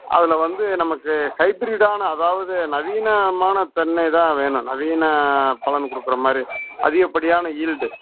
அதில் வந்து நமக்கு ஹைப்ரிட்டான அதாவது நவீனமான தென்னை தான் வேணும் நவீன பலன் கொடுக்குற மாதிரி அதிகப்படியான ஈல்டு